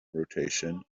rotation